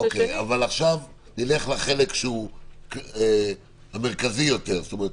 אוקיי, אבל עכשיו נלך לחלק המרכזי היותר,